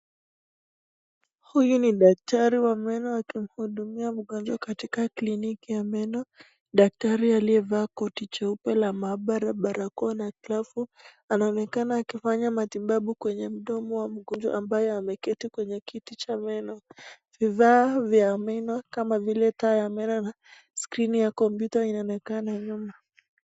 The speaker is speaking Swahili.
Huyu ni daktari wa meno akimhudumia mgonjwa katika kliniki ya meno. Daktari aliyevaa koti jeupe la maabara, barakoa na glavu, anaonekana akifanya matibabu kwenye mdomo wa mgonjwa ambaye ameketi kwenye kiti cha meno. Vifaa vya meno kama vile taa ya meno na skrini ya kompyuta inaonekana nyuma.